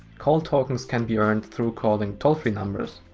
call tokens can be earned through calling tollfree numbers.